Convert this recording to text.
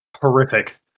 Horrific